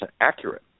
accurate